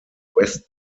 west